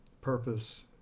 purpose